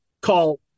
call